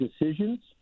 decisions